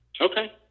Okay